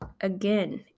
again